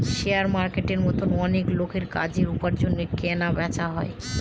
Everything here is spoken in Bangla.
শেয়ার মার্কেটের মতো অনেক লোকের কাজের, উপার্জনের কেনা বেচা হয়